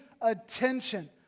attention